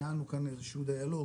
ניהלנו כאם איזה שהוא דיאלוג,